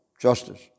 justice